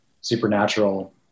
supernatural